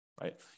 right